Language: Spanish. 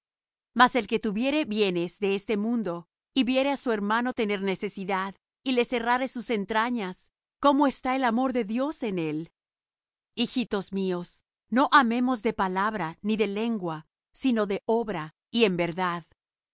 mas el que tuviere bienes de este mundo y viere á su hermano tener necesidad y le cerrare sus entrañas cómo está el amor de dios en él hijitos míos no amemos de palabra ni de lengua sino de obra y en verdad